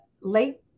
late